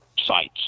sites